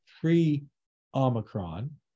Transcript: pre-Omicron